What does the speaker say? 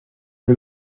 que